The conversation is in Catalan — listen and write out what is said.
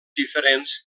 diferents